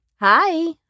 Hi